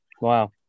wow